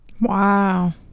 wow